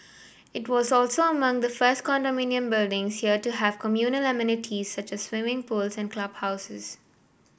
it was also among the first condominium buildings here to have communal amenities such as swimming pools and clubhouses